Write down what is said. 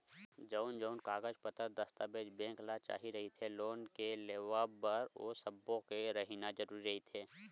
जउन जउन कागज पतर दस्ताबेज बेंक ल चाही रहिथे लोन के लेवब बर ओ सब्बो के रहिना जरुरी रहिथे